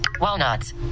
Walnuts